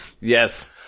Yes